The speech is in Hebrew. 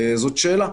זאת שאלה.